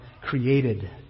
created